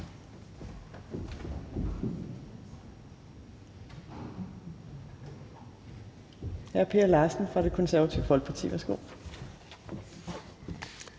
hr. Per Larsen fra Det Konservative Folkeparti. Værsgo.